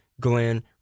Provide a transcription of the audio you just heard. Glenn